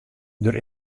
der